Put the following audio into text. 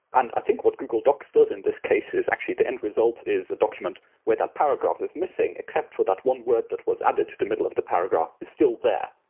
and i think what google docs does in this case is actually the end result is a document where that paragraph is missing, except for that one word that was added to the middle of the paragraph is still there,